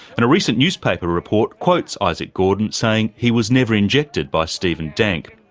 and a recent newspaper report quotes isaac gordon saying he was never injected by stephen dank.